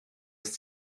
ist